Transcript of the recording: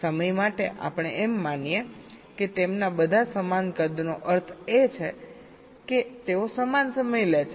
સમય માટે આપણે એમ માનીએ કે તેમના બધા સમાન કદનો અર્થ છે કે તેઓ સમાન સમય લે છે